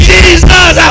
Jesus